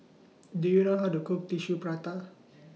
Do YOU know How to Cook Tissue Prata